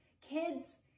Kids